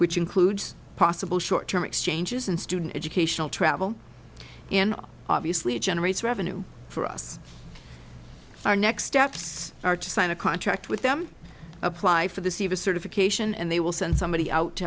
which includes possible short term exchanges and student educational travel and obviously it generates revenue for us our next steps are to sign a contract with them apply for the c of a certification and they will send somebody out to